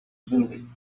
building